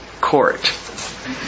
court